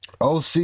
OC